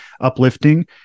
uplifting